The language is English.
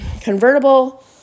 convertible